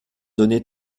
donner